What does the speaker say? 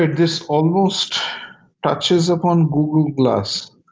ah this almost touches upon google glass.